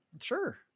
Sure